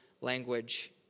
language